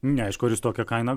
neaišku ar jis tokią kainą